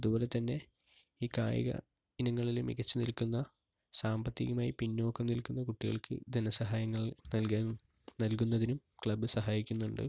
അതുപോലെത്തന്നെ ഈ കായിക ഇനങ്ങളില് മികച്ച് നിൽക്കുന്ന സാമ്പത്തികമായി പിന്നോക്കം നിൽക്കുന്ന കുട്ടികൾക്ക് ധന സഹായങ്ങൾ നൽകാൻ നൽകുന്നതിനും ക്ലബ് സഹായിക്കുന്നുണ്ട്